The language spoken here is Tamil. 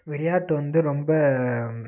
விளையாட்டு வந்து ரொம்ப